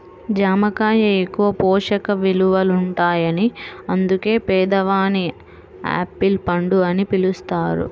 జామ కాయ ఎక్కువ పోషక విలువలుంటాయని అందుకే పేదవాని యాపిల్ పండు అని పిలుస్తారు